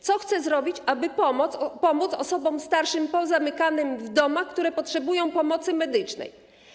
Co chcecie zrobić, aby pomóc osobom starszym pozamykanym w domach, które potrzebują pomocy medycznej?